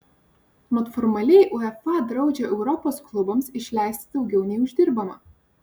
mat formaliai uefa draudžia europos klubams išleisti daugiau nei uždirbama